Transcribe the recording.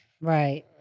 right